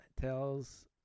tells